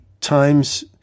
times